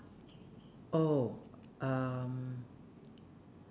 oh um